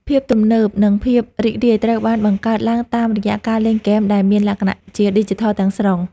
ភាពរំភើបនិងភាពរីករាយត្រូវបានបង្កើតឡើងតាមរយៈការលេងហ្គេមដែលមានលក្ខណៈជាឌីជីថលទាំងស្រុង។